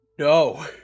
no